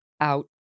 out